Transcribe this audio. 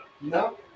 No